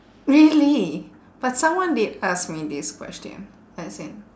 really but someone did ask me this question as in